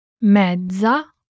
Mezza